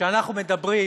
שאנחנו מדברים